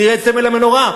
תראה את סמל המנורה,